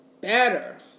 better